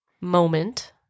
moment